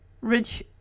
rich